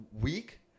week